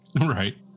Right